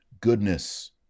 goodness